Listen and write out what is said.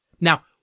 Now